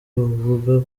bavuga